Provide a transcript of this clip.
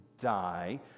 die